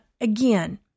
again